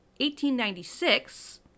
1896